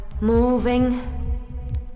moving